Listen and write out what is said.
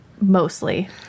mostly